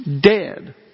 dead